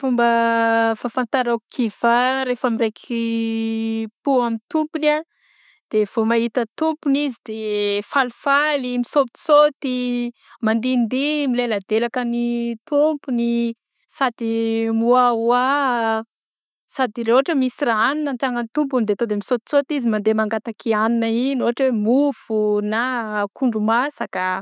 Fomba fafantarako kivà rehefa miraiki po amin'ny tompony a de vao maita ny tompony izy de falifaly misaotisaoty mandindihy de mileladelaka ny tompony sady mihoaoa sady ra ôhatra misy raha anina ny tanany tompony de to de de misaotisaoty izy mandeha mangataky hanina ôhatra mofo na akondro masaka.